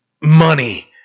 money